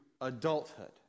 adulthood